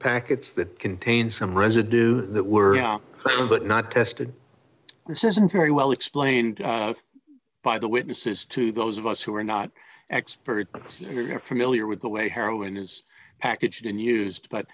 packets that contain some residue that were not tested this isn't very well explained by the witnesses to those of us who are not experts you're familiar with the way heroin is packaged and used but